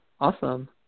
awesome